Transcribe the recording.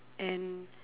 and